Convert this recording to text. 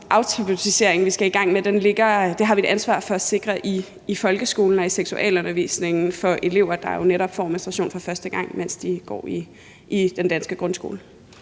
i gang med, har vi et ansvar for at sikre i folkeskolen og i elevernes seksualundervisning? For de får jo netop menstruation for første gang, mens de går i den danske grundskole.